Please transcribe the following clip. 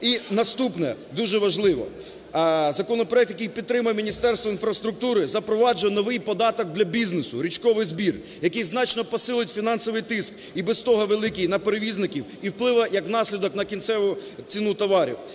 І наступне, дуже важливо. Законопроект, який підтримує Міністерство інфраструктури, запроваджує новий податок для бізнесу – річковий збір, який значно посилить фінансовий тиск, і без того великий, на перевізників і впливу як наслідок на кінцеву ціну товарів.